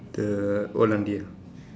the old aunty ah